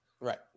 Right